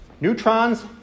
Neutrons